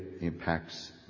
impacts